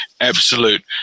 absolute